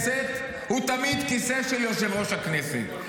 הוא תמיד כיסא של יושב-ראש הכנסת.